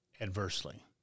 adversely